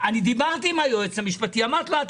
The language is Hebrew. דיברתי עם היועץ המשפטי ואמרתי לו שהוא